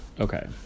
okay